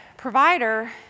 Provider